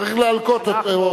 צריך להלקות אותו,